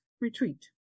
Retreat